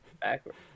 Backwards